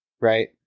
right